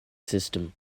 system